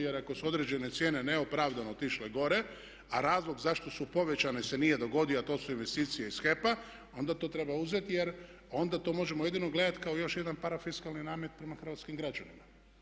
Jer ako su određene cijene neopravdano otišle gore a razlog zašto su povećane se nije dogodio a to su investicije iz HEP-a onda to treba uzeti jer onda to možemo jedino gledati kao još jedan parafiskalni namet prema hrvatskim građanima.